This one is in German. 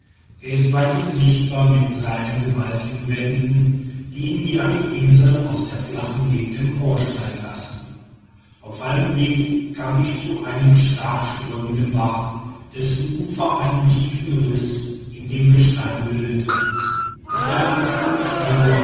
er ist weithin sichtbar mit seinen gewaltigen wänden die ihn wie eine insel aus der flachen gegend emporsteigen lassen auf halbem weg kam ich zu einem starkströmenden bach dessen ufer einen tiefen riß in dem gestein bildeten es war der ursprung des djur